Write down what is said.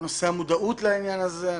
נושא המודעות לעניין הזה.